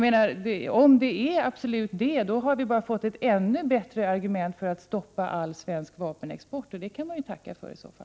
Men om det är det, har vi fått ytterligare ett argument för att stoppa all svensk vapenexport, och det kan man ju i så fall tacka för.